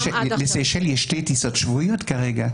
אבל לסיישל יש שתי טיסות שבועיות כרגע.